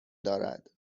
دارد